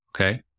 okay